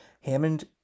Hammond